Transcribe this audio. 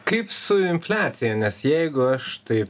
kaip su infliacija nes jeigu aš taip